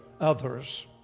others